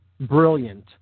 brilliant